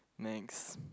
next